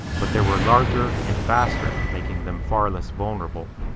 but there were larger and faster making them far less vulnerable.